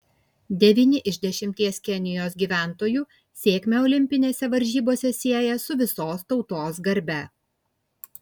devyni iš dešimties kenijos gyventojų sėkmę olimpinėse varžybose sieja su visos tautos garbe